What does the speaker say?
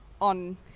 on